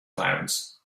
clouds